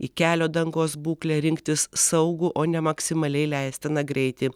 į kelio dangos būklę rinktis saugų o ne maksimaliai leistiną greitį